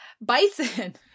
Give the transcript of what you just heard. bison